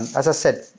as i said,